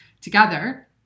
together